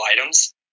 items